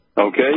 okay